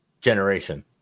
generation